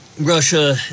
Russia